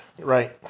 Right